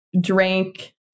drank